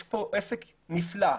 יש כאן עסק נפלא,